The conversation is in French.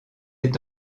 est